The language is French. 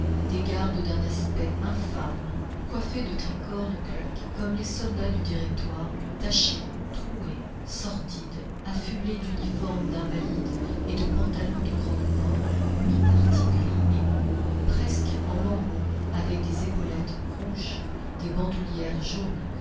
des gardes d'un aspect infâme coiffés de tricornes claques comme les soldats du directoire tachés troués sordides affublés d'uniformes d'invalides et de pantalons de croque-morts mi-partis gris et bleus presque en lambeaux avec des épaulettes rouges des bandoulières jaunes